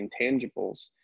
Intangibles